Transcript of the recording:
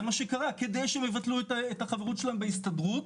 כדי שיבטלו את החברות שלהם בהסתדרות,